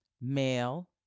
male